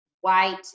white